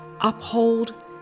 uphold